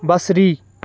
بصری